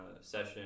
session